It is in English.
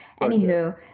anywho